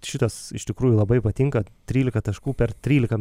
šitas iš tikrųjų labai patinka trylika taškų per trylika